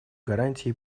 гарантии